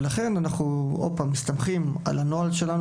ולכן אנחנו מסתמכים על הנוהל שלנו,